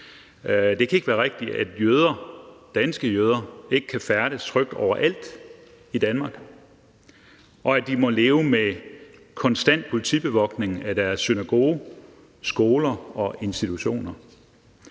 Det kan ikke være rigtigt, at jøder, danske jøder, ikke kan færdes trygt overalt i Danmark, og at de må leve med konstant politibevogtning af deres synagoge, skoler og institutioner.